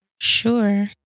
sure